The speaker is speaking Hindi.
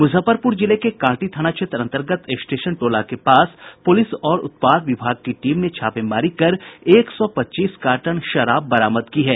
मुजफ्फरपुर जिले के कांटी थाना क्षेत्र अंतर्गत स्टेशन टोला के पास पुलिस और उत्पाद विभाग की टीम ने छापेमारी कर एक सौ पच्चीस कार्टन शराब बरामद की है